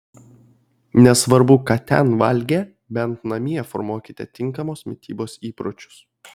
nesvarbu ką ten valgė bent namie formuokite tinkamos mitybos įpročius